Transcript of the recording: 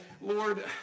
Lord